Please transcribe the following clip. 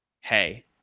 hey